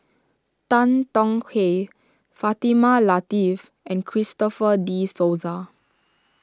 Tan Tong Hye Fatimah Lateef and Christopher De Souza